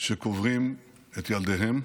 שקוברים את ילדיהם,